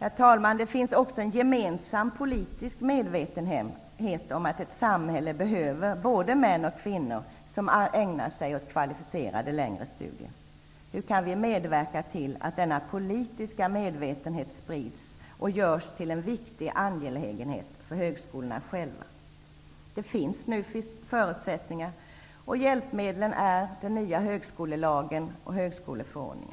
Herr talman! Det finns också en gemensam politisk medvetenhet om att ett samhälle behöver både män och kvinnor som ägnar sig åt kvalificerade längre studier. Hur kan vi medverka till att denna politiska medvetenhet sprids och görs till en viktig angelägenhet för högskolorna själva? Det finns nu förutsättningar. Hjälpmedlen är den nya högskolelagen och högskoleförordningen.